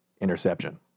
interception